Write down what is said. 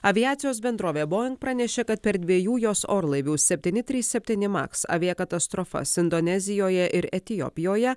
aviacijos bendrovė boeing pranešė kad per dviejų jos orlaivių septyni trys septyni maks aviakatastrofas indonezijoje ir etiopijoje